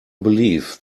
believe